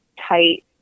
tight